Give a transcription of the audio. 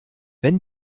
wenn